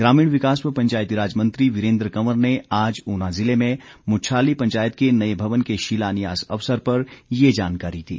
ग्रामीण विकास व पंचायती राज मंत्री वीरेंद्र कंवर ने आज ऊना जिले में मुच्छाली पंचायत के नए भवन के शिलान्यास अवसर पर यह जानकारी दी